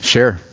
Sure